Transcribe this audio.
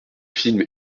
film